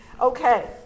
Okay